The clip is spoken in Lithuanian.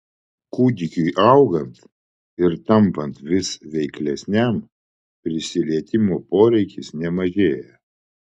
kūdikiui augant ir tampant vis veiklesniam prisilietimo poreikis nemažėja